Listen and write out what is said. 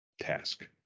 task